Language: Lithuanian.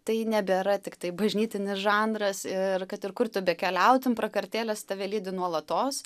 tai nebėra tiktai bažnytinis žanras ir kad ir kur tu bekeliautum prakartėlės tave lydi nuolatos